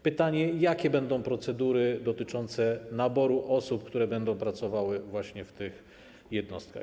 Pytanie: Jakie będą procedury dotyczące naboru osób, które będą pracowały w tych jednostkach?